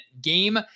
game